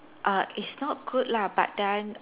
err it's not good lah but then